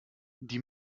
die